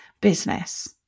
business